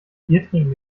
biertrinken